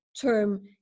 term